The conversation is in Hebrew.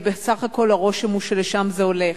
ובסך הכול הרושם הוא שלשם זה הולך,